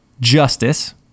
justice